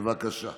בבקשה.